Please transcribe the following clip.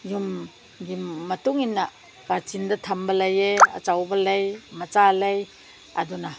ꯌꯨꯝꯒꯤ ꯃꯇꯨꯡ ꯏꯟꯅ ꯀꯥꯆꯤꯟꯗ ꯊꯝꯕ ꯂꯩꯌꯦ ꯑꯆꯧꯕ ꯂꯩ ꯃꯆꯥ ꯂꯩ ꯑꯗꯨꯅ